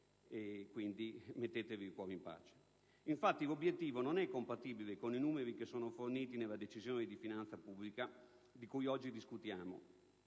quindi mettetevi il cuore in pace. Infatti, l'obiettivo non è compatibile con i numeri forniti nella Decisione di finanza pubblica di cui oggi discutiamo,